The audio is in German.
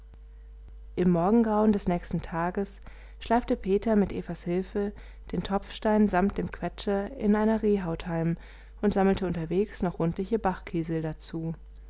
im morgengrauen des nächsten tages schleifte peter mit evas hilfe den topfstein samt dem quetscher in einer rehhaut heim und sammelte unterwegs noch rundliche bachkiesel dazu